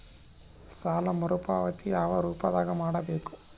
ಸಾಲ ಮರುಪಾವತಿ ಯಾವ ರೂಪದಾಗ ಮಾಡಬೇಕು?